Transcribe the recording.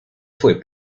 fue